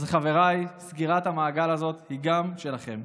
אז חבריי, סגירת המעגל הזאת היא גם שלכם.